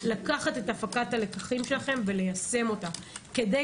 צריך לקחת את הפקת הלקחים שלכם וליישם אותה כדי